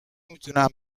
نمیتونم